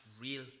real